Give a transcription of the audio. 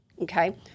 Okay